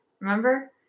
Remember